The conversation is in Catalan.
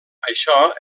això